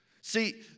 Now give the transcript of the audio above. See